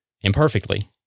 Imperfectly